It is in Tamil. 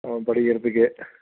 அவன் படிக்கிறதுக்கு